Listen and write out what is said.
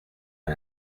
van